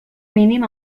mínim